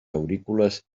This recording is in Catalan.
aurícules